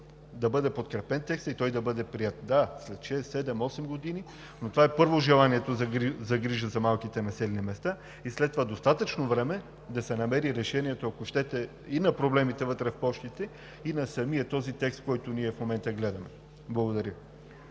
да бъде подкрепен текстът и той да бъде приет – да, след шест-седем или осем години, но това е, първо, желанието за грижа за малките населени места и след това – достатъчно време, за да се намери решението и на проблемите вътре в Пощите, и на самия този текст, който ние в момента гледаме. Благодаря